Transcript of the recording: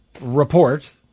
report